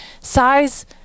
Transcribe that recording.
size